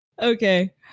okay